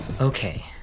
Okay